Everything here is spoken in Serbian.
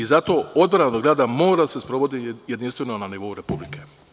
Zato odbrana od grada mora da se sprovodi jedinstveno na nivou Republike.